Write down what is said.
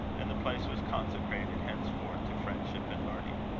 and the place was consecrated henceforth to friendship and learning.